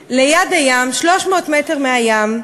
הוותמ"לים,